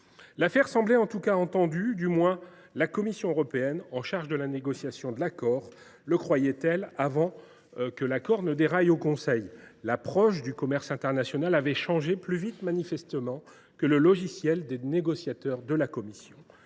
L’affaire semblait en tout cas entendue – du moins la Commission européenne, chargée de la négociation, le croyait elle, avant que l’accord ne déraille au Conseil. L’approche du commerce international avait manifestement changé plus vite que le logiciel des négociateurs de la Commission